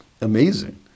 Amazing